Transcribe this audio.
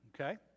Okay